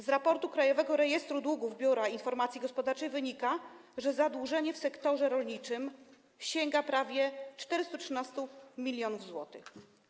Z raportu Krajowego Rejestru Długów Biura Informacji Gospodarczej wynika, że zadłużenie w sektorze rolniczym sięga prawie 413 mln zł.